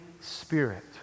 spirit